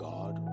God